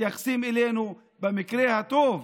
מתייחסים אלינו במקרה הטוב